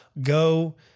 go